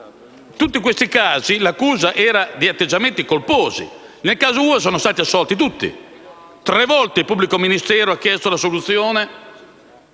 in tutti questi casi l'accusa era di atteggiamenti colposi!" Nel caso Uva sono stati assolti tutti: per tre volte il pubblico ministero ha chiesto l'assoluzione